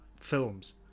films